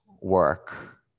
work